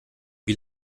wie